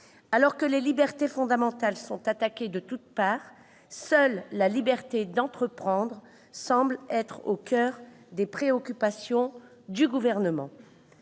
Alors que les libertés fondamentales sont attaquées de toute part, seule la liberté d'entreprendre semble être au coeur des préoccupations du Gouvernement.